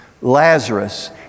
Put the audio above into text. Lazarus